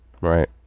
right